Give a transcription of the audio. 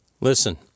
Listen